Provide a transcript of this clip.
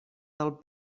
del